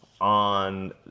on